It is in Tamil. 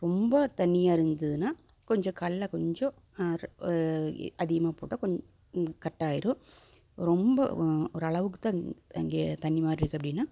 ரொம்ப தண்ணியாக இருந்ததுன்னா கொஞ்சம் கடல கொஞ்சம் அதிகமாக போட்டால் கட் ஆயிடும் ரொம்ப ஓரளவுக்கு தான் அங்கே தண்ணி மாதிரி இருக்குது அப்படின்னா